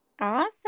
awesome